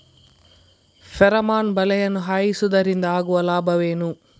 Pheromone ಬಲೆಯನ್ನು ಹಾಯಿಸುವುದರಿಂದ ಆಗುವ ಲಾಭವೇನು?